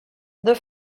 the